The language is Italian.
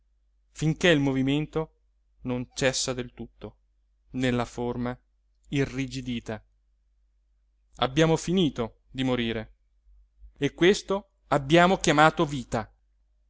finché il movimento non cessa del tutto nella forma irrigidita abbiamo finito di morire e questo abbiamo chiamato vita